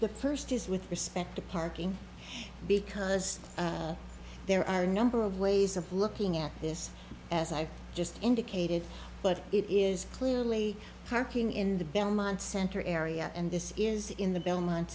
the first is with respect to parking because there are a number of ways of looking at this as i just indicated but it is clearly parking in the belmont center area and this is in the belmont